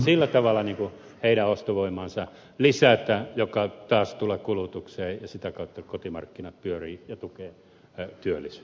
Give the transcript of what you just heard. sillä tavalla heidän ostovoimaansa lisätään mikä taas tulee kulutukseen ja sitä kautta kotimarkkinat pyörivät ja tukee työlis